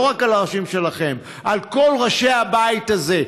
לא רק על הראשים שלכם, על כל ראשי הבית הזה.